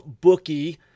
bookie